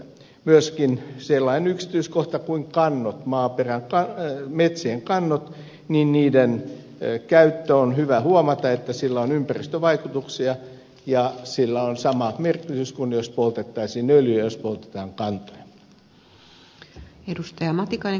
myöskin on sellainen yksityiskohta kuin kannot maaperän metsien kannot niiden käyttö on hyvä huomata että sillä on ympäristövaikutuksia ja sillä on sama merkitys kuin jos poltettaisiin öljyä jos poltetaan kantoja